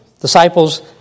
Disciples